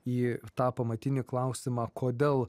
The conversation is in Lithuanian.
į tą pamatinį klausimą kodėl